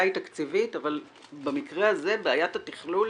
היא תקציבית אבל במקרה הזה בעיית התכלול